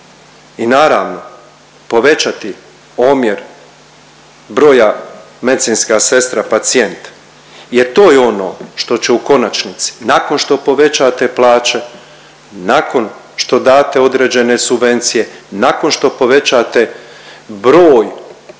I naravno povećati omjer broja medicinska sestra pacijent, jer to je ono što će u konačnici nakon što povećavate plaće, nakon što date određene subvencije, nakon što povećate broj,